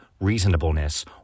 reasonableness